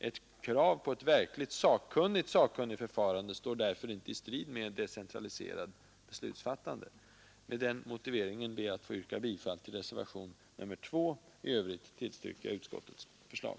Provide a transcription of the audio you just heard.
Ett krav på ett verkligt sakkunnigt sakkunnigförfarande står därför inte i strid med ett decentraliserat beslutsfattande. Med den motiveringen ber jag att få yrka bifall till reservationen 2. I övrigt tillstyrker jag utskottets förslag.